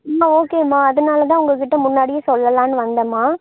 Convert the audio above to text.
ம்மா ஓகேம்மா அதனால தான் உங்கள்க் கிட்டே முன்னாடியே சொல்லலான்னு வந்தேம்மா